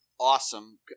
awesome